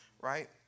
Right